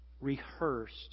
rehearsed